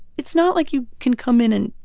it's not like you can come in and,